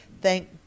thank